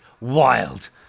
wild